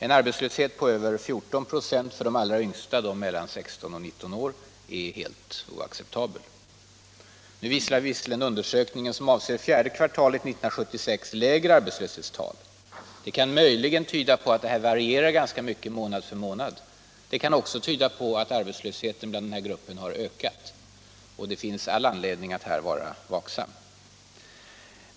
En arbetslöshet på över 14 96 för de allra yngsta invandrarna — mellan 16 och 19 år — är helt oacceptabel. Nu visar visserligen undersökningen som avser fjärde kvartalet 1976 lägre arbetslöshetstal. Det kan möjligen tyda på att förhållandena varierar ganska mycket månad för månad. Det kan också tyda på att arbetslösheten bland den här gruppen ökat. Det finns alltså anledning att vara vaksam.